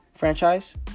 franchise